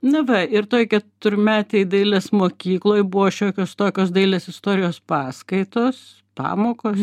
na va ir toj keturmetėj dailės mokykloj buvo šiokios tokios dailės istorijos paskaitos pamokos